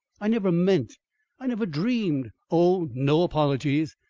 i never meant i never dreamed oh, no apologies!